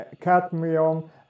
cadmium